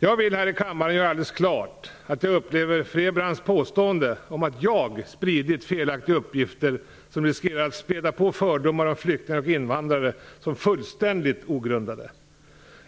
Jag vill här i kammaren göra alldeles klart att jag upplever Rose-Marie Frebrans påstående om att jag spritt felaktiga uppgifter som riskerar att spä på fördomar om flyktingar och invandrare som fullständigt ogrundade.